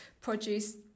produce